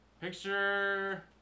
Picture